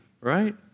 right